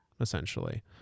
essentially